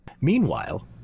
meanwhile